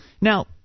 Now